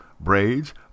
braids